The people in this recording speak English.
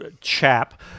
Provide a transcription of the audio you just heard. chap